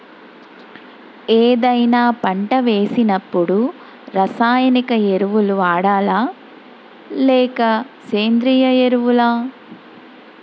ఏదైనా పంట వేసినప్పుడు రసాయనిక ఎరువులు వాడాలా? లేక సేంద్రీయ ఎరవులా?